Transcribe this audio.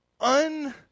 un-